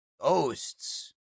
ghosts